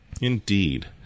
Indeed